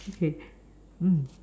okay mm